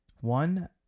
one